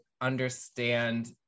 understand